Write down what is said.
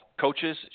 Coaches